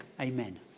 Amen